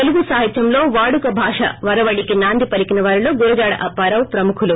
తెలుగు సాహిత్యంలో వాడుక భాష వరవడికి నాంది పలికినవారిలో గురజాడ అప్పారావు ప్రముఖులు